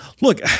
Look